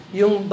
yung